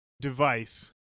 device